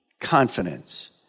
confidence